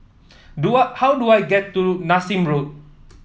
do I how do I get to Nassim Road